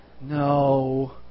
No